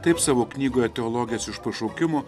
taip savo knygoje teologės iš pašaukimo